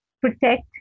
protect